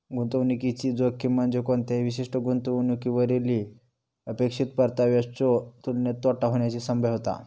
गुंतवणुकीची जोखीम म्हणजे कोणत्याही विशिष्ट गुंतवणुकीवरली अपेक्षित परताव्याच्यो तुलनेत तोटा होण्याची संभाव्यता